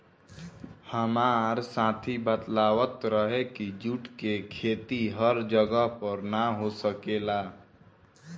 हामार साथी बतलावत रहे की जुट के खेती हर जगह पर ना हो सकेला